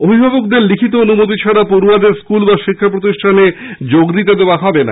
অভিভাবকদের লিখিত অনুমতি ছাড়া পড়য়াদের স্কুল বা শিক্ষা প্রতিষ্ঠানে যোগ দিতে দেওয়া হবে না